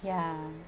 ya